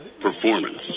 performance